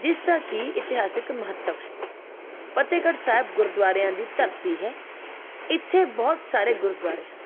ਜਿਸ ਦਾ ਕਿ ਇਤਿਹਾਸਿਕ ਮਹੱਤਵ ਹੈ ਫਤਿਹਗੜ੍ਹ ਸਾਹਿਬ ਗੁਰਦੁਆਰਿਆਂ ਦੀ ਧਰਤੀ ਹੈ ਇੱਥੇ ਬਹੁਤ ਸਾਰੇ ਗੁਰਦੁਆਰੇ ਹਨ